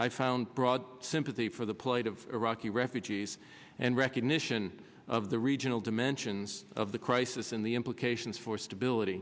i found broad sympathy for the plight of iraqi refugees and recognition of the regional dimensions of the crisis and the implications for stability